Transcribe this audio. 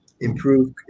improve